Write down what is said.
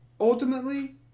ultimately